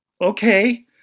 okay